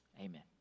Amen